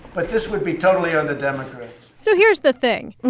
but this would be totally on the democrats so here's the thing.